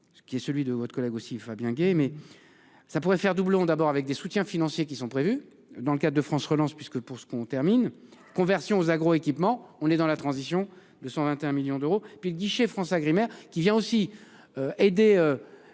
qui est celui de votre collègue aussi Fabien Gay mais. Ça pourrait faire doublon d'abord avec des soutiens financiers qui sont prévues dans le cas de France relance puisque pour ce qu'on termine conversion aux agro-équipement, on est dans la transition de 121 millions d'euros, puis le guichet FranceAgriMer qui vient aussi. Aider.